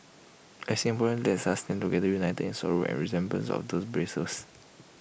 as Singaporeans let us stand together united in sorrow in remembrance of these brave souls